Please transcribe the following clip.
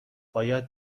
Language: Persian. باید